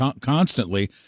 constantly